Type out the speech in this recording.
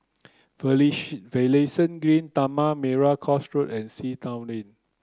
Finlayson Green Tanah Merah Coast Road and Sea Town Lane